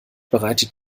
bereitet